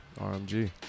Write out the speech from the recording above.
R-M-G